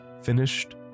finished